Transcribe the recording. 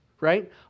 right